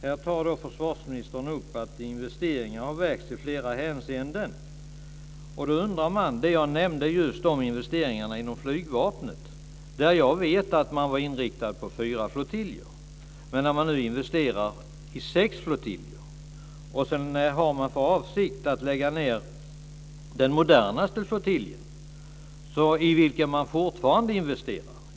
Här tar försvarsministern upp att investeringar har vägts i flera hänseenden. Då undrar man över just det som jag nämnde, alltså investeringarna inom flygvapnet. Där vet jag att man var inriktad på fyra flottiljer men att man nu investerar i sex flottiljer. Sedan har man för avsikt att lägga ned den modernaste flottiljen, i vilken man fortfarande investerar.